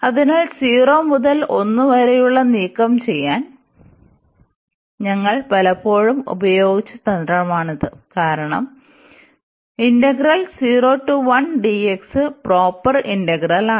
അതിനാൽ 0 മുതൽ 1 വരെ ഉള്ള നീക്കംചെയ്യാൻ ഞങ്ങൾ പലപ്പോഴും ഉപയോഗിച്ച തന്ത്രമാണിത് കാരണം പ്രോപ്പർ ഇന്റഗ്രൽ ആണ്